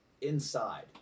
inside